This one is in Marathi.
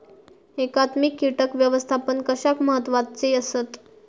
एकात्मिक कीटक व्यवस्थापन कशाक महत्वाचे आसत?